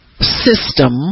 system